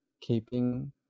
keeping